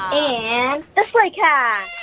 and. so like yeah